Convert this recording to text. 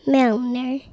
Milner